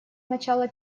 начало